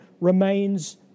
remains